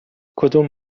کدوم